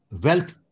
wealth